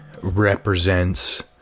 represents